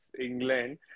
England